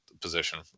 position